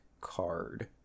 card